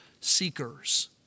seekers